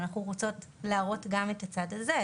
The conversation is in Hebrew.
אנחנו רוצות להראות גם את הצד הזה,